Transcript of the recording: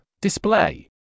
display